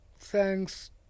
thanks